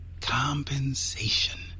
Compensation